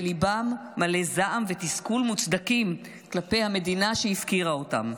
וליבם מלא זעם ותסכול מוצדקים כלפי המדינה שהפקירה אותם.